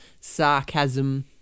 sarcasm